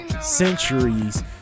centuries